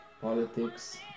politics